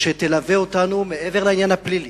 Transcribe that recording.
שתלווה אותנו, מעבר לעניין הפלילי.